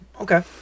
Okay